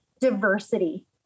diversity